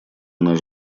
наш